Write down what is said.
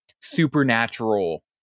supernatural